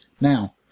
Now